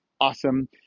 awesome